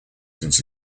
since